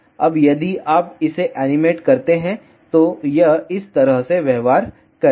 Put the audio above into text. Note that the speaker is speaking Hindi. अब यदि आप इसे एनिमेट करते हैं तो यह इस तरह से व्यवहार करेगा